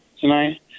tonight